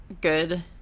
good